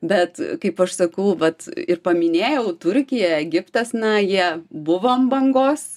bet kaip aš sakau vat ir paminėjau turkija egiptas na jie buvo ant bangos